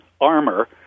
armor